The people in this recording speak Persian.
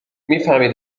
میفهمی